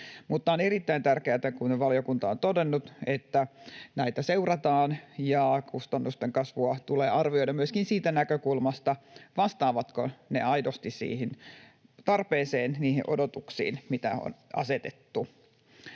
On erittäin tärkeätä, kuten valiokunta on todennut, että näitä seurataan, ja kustannusten kasvua tulee arvioida myöskin siitä näkökulmasta, vastaavatko ne aidosti siihen tarpeeseen, niihin odotuksiin, mitä on asetettu.